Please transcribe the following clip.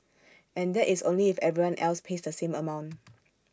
and that is only if everyone else pays the same amount